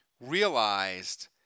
realized